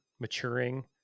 maturing